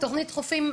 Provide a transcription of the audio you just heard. תוכנית "חופים"